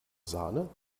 sahne